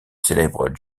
célèbre